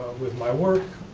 with my work,